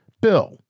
Bill